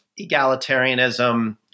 egalitarianism